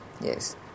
Yes